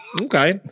Okay